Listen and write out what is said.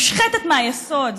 מושחתת מהיסוד,